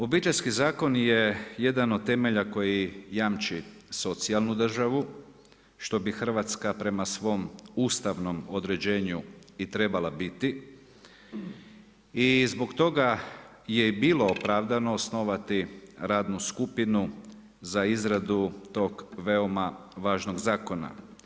Obiteljski zakon je jedan od temelja koji jamči socijalnu državu što bi Hrvatska prema svom ustavnom određenju i trebala biti i zbog toga je i bilo opravdano osnovati radnu skupinu za izradu tog veoma važnog zakona.